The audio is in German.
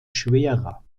schwerer